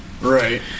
Right